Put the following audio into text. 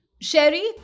Sherry